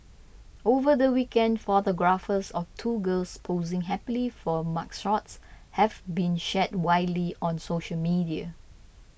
over the weekend photographs of two girls posing happily for mugshots have been shared widely on social media